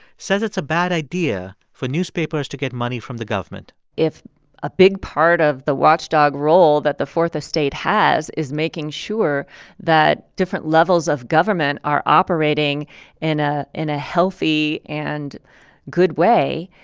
says it's a bad idea for newspapers to get money from the government if a big part of the watchdog role that the fourth estate has is making sure that different levels of government are operating in ah in a healthy and good way,